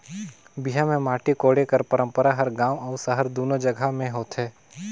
बिहा मे माटी कोड़े कर पंरपरा हर गाँव अउ सहर दूनो जगहा मे होथे